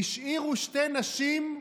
השאירו שתי נשים,